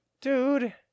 dude